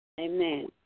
Amen